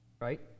right